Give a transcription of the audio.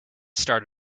start